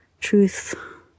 truth